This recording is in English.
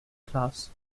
class